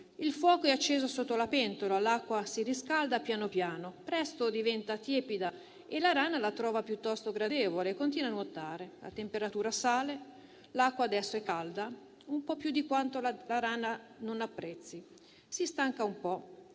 il fuoco è acceso sotto la pentola, l'acqua si riscalda piano piano, presto diventa tiepida e la rana la trova piuttosto gradevole e continua a nuotare. La temperatura sale, l'acqua adesso è calda un po' più di quanto la rana non apprezzi, si stanca un po',